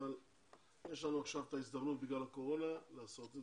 אבל יש לנו עכשיו את ההזדמנות בגלל הקורונה לעשות את